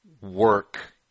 work